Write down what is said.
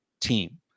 team